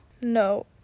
No